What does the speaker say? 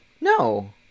No